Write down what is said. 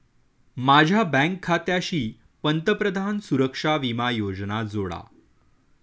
माझ्या बँक खात्याशी पंतप्रधान सुरक्षा विमा योजना जोडा